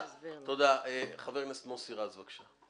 חבר הכנסת מוסי רז, בבקשה.